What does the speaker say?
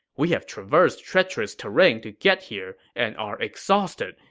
we have traversed treacherous terrain to get here and are exhausted.